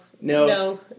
No